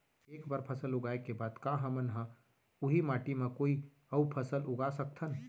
एक बार फसल उगाए के बाद का हमन ह, उही माटी मा कोई अऊ फसल उगा सकथन?